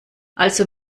also